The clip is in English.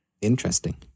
Interesting